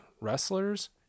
wrestlers